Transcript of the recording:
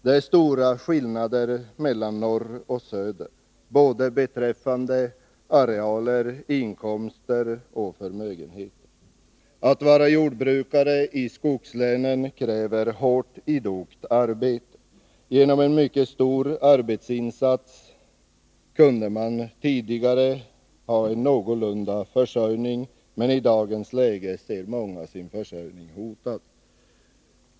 Det är stora skillnader mellan norr och söder beträffande såväl arealer som inkomster och förmögenheter. Att vara jordbrukare i skogslänen kräver hårt, idogt arbete. Genom en mycket stor arbetsinsats kunde man tidigare ha en någorlunda försörjning, men i dagens läge ser många sin försörjning hotad.